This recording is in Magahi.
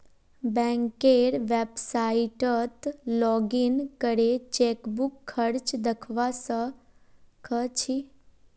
बैंकेर वेबसाइतट लॉगिन करे चेकबुक खर्च दखवा स ख छि